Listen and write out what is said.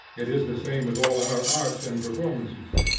it is the same with all our arts and performances.